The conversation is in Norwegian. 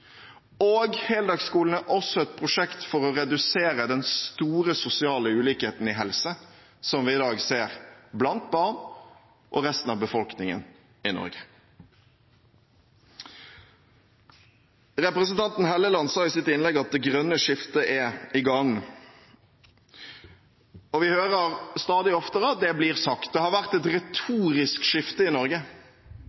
dag. Heldagsskolen er også et prosjekt for å redusere den store sosiale ulikheten i helse som vi i dag ser blant barn og resten av befolkningen i Norge. Representanten Helleland sa i sitt innlegg at det grønne skiftet er i gang, og vi hører stadig oftere at det blir sagt. Det har vært et retorisk skifte i Norge.